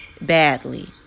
badly